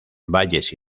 valles